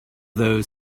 those